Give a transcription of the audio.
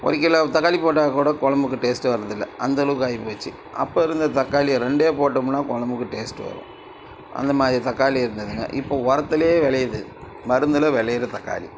ஒரு கிலோ தக்காளி போட்டால் கூட குழம்புக்கு டேஸ்ட்டு வர்றது இல்லை அந்தளவுக்கு ஆகிப்போச்சு அப்போ இருந்த தக்காளியை ரெண்டே போட்டோம்னால் குழம்புக்கு டேஸ்ட்டு வரும் அந்தமாதிரி தக்காளி இருந்ததுங்க இப்போது உரத்துலையே விளையுது மருந்தில் விளையுற தக்காளி